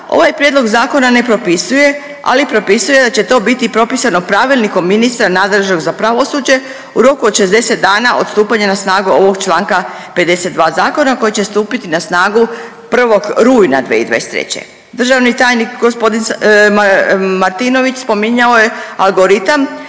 ovaj prijedlog zakona na propisuje, ali propisuje da će to biti propisano pravilnikom ministra nadležnog za pravosuđe u roku od 60 dana od stupanja na snagu ovog članka 52. zakona koji će stupiti na snagu 1. rujna 2023. Državni tajnik gospodin Martinović spominjao je algoritam,